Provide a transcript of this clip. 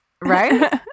Right